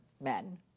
men